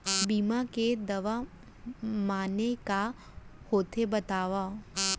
बीमा के दावा माने का होथे बतावव?